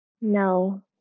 No